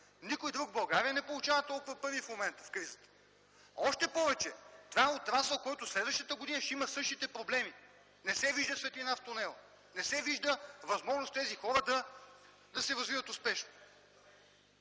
Никой друг в България в кризата не получава толкова пари в момента. Още повече, това е отрасъл, който и следващата година ще има същите проблеми, не се вижда светлина в тунела, не се вижда възможност тези хора да се развиват успешно.